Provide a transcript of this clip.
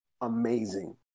amazing